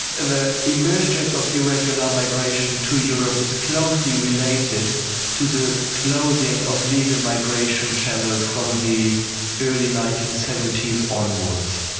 the emergence of irregular migration to europe is closely related to the closing of legal migration channels from the early nineteen seventy s onwards,